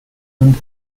and